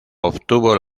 obtuvo